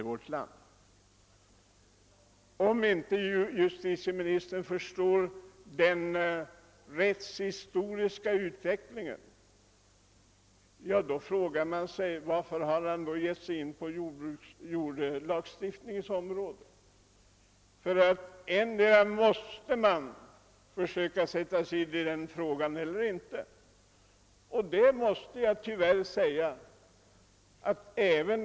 Om justitieministern inte förstår den rättshistoriska utvecklingen kan man fråga sig varför han gett sig in på jordlagstiftningens område. Antingen måste man försöka sätta sig in i frågan eller inte bry sig om den.